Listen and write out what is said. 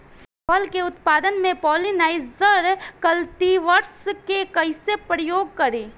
फल के उत्पादन मे पॉलिनाइजर कल्टीवर्स के कइसे प्रयोग करी?